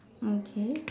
okay